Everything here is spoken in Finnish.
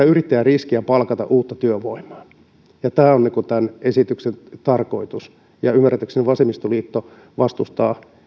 yrittäjän riskiä palkata uutta työvoimaa tämä on tämän esityksen tarkoitus ja ymmärtääkseni vasemmistoliitto vastustaa